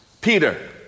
Peter